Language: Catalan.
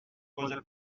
cosa